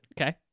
okay